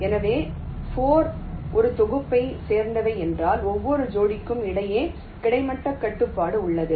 எனவே இந்த 4 ஒரு தொகுப்பைச் சேர்ந்தவை என்றால் ஒவ்வொரு ஜோடிக்கும் இடையே கிடைமட்ட கட்டுப்பாடு உள்ளது